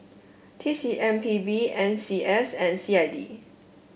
T C M P B N C S and C I D